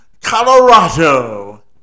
Colorado